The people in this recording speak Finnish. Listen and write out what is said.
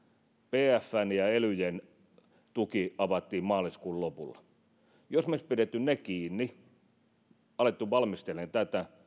bfn ja elyjen tuki avattiin maaliskuun lopulla jos me olisimme pitäneet ne kiinni alkaneet valmistelemaan tätä